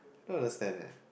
don't understand leh